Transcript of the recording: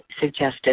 suggested